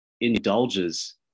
indulges